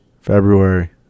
February